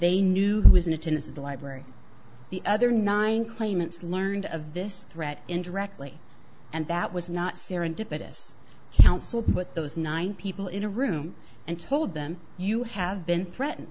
they knew who was in attendance at the library the other nine claimants learned of this threat indirectly and that was not serendipitous counsel but those nine people in a room and told them you have been threatened